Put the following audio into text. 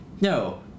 no